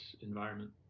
environment